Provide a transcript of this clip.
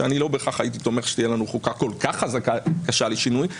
שאני לא בהכרח הייתי תומך שתהיה לנו חוקה כל כך חזקה קשה לשינוי.